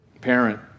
parent